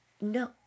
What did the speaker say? no